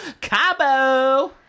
Cabo